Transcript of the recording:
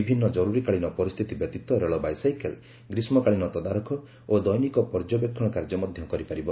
ବିଭିନ୍ନ ଜରୁରୀକାଳୀନ ପରିସ୍ଥିତି ବ୍ୟତୀତ ରେଳ ବାଇସାଇକେଲ୍ ଗ୍ରୀଷ୍ମକାଳୀନ ତଦାରଖ ଓ ଦୈନିକ ପର୍ଯ୍ୟବେକ୍ଷଣ କାର୍ଯ୍ୟ ମଧ୍ୟ କରିପାରିବ